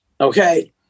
okay